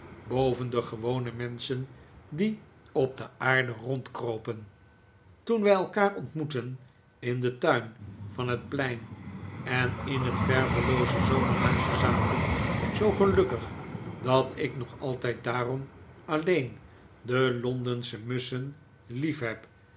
boven de gewone menschen die op de aarde rondkropen toen wij elkaar ontmoetten in den tuin van het plein en in het vervelooze zomerhuisje zaten zoo gelukkig dat ik nog altijd daarom alleen de londensche musschen liefheb